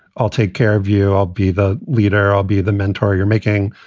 i'll take care of you, i'll be the leader, i'll be the mentor you're making.